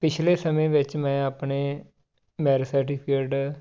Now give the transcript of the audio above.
ਪਿਛਲੇ ਸਮੇਂ ਵਿੱਚ ਮੈਂ ਆਪਣੇ ਮੈਰਿਜ ਸਰਟੀਫਿਕੇਟ